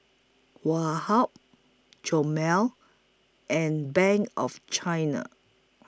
Woh Hup Chomel and Bank of China